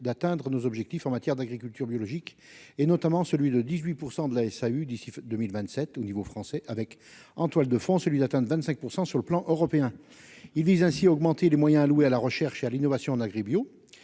d'atteindre nos objectifs en matière d'agriculture biologique, et notamment celui de 18 % de la SAU d'ici 2000 27 au niveau français, avec en toile de fond celui atteint 25 %, sur le plan européen, il vise ainsi augmenter les moyens alloués à la recherche et à l'innovation en agri-bio